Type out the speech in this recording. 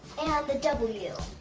and the w?